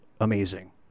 amazing